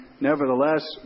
nevertheless